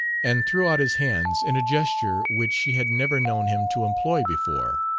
and threw out his hands in a gesture which she had never known him to employ before.